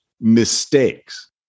mistakes